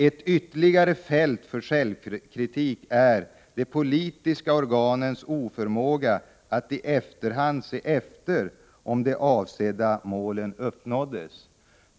Ett ytterligare fält för självkritik är de politiska organens oförmåga att i efterhand se efter om de avsedda målen uppnåddes.